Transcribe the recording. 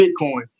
Bitcoin